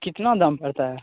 कितना दाम पड़ता है